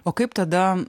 o kaip tada